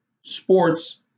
sports